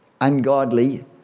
ungodly